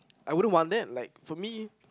I wouldn't want that like for me